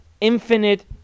infinite